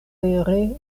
vere